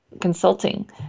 consulting